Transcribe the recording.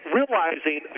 realizing